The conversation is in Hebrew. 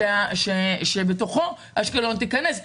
שבתוכו אשקלון תיכנס.